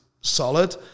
solid